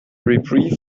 reprieve